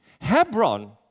Hebron